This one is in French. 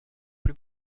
plus